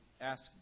ask